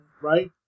right